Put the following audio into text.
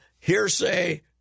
hearsay